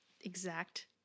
exact